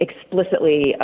explicitly